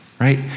right